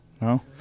No